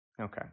Okay